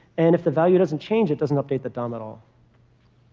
and if the value doesn't change, it doesn't update that dom at all.